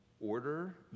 order